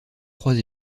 trois